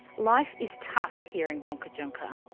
life is tough here in wangkatjungka.